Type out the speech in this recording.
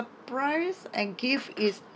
surprise and gift is